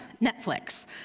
Netflix